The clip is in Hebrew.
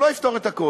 הוא לא יפתור את הכול.